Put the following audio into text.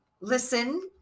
listen